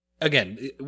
again